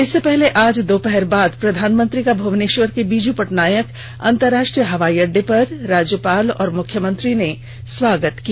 इससे पहले आज दोपहर बाद प्रधानमंत्री का भुंबनेश्वर के बीजू पटनायक अंतर्राष्ट्रीय हवाई अड्डे पर राज्यपाल और मुख्यमंत्री ने स्वागत किया